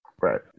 right